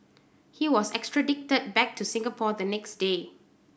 he was extradited back to Singapore the next day